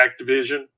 Activision